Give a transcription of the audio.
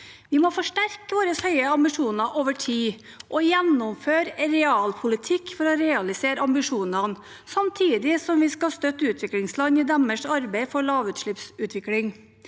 Vi må forsterke våre høye ambisjoner over tid og gjennomføre realpolitikk for å realisere ambisjonene, samtidig som vi skal støtte utviklingsland i deres arbeid for lavutslippsutvikling,